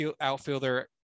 outfielder